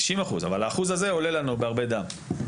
אבל האחוז הזה עולה לנו בהרבה דם,